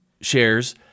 shares